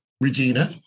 Regina